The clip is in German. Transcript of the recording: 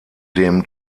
dem